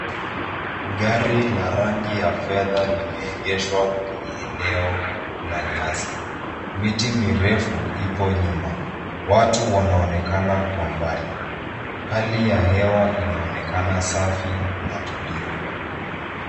Gari la rangi ya fedha limeegeshwa kwenye eneo la nyasi. Miti mirefu ipo nyuma. Watu wanaonekana kwa mbali. Hali ya hewa inaonekana safi na tulivu.